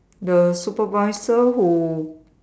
the supervisor who